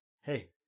hey